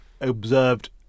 observed